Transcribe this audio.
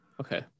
Okay